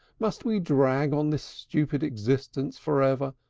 must we drag on this stupid existence forever,